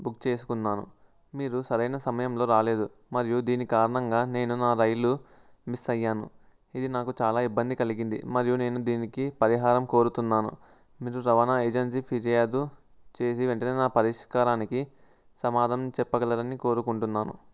book చేసుకున్నాను మీరు సరైన సమయంలో రాలేదు మరియు దీని కారణంగా నేను నా రైలు మిస్ అయ్యాను ఇది నాకు చాలా ఇబ్బంది కలిగింది మరియు నేను దీనికి పరిహారం కోరుతున్నాను మీరు రవాణా ఏజెన్సీకి ఫిర్యాదు చేసి వెంటనే నా పరిష్కారానికి సమాధానం చెప్పగలరని కోరుకుంటున్నాను